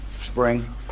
Spring